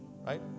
right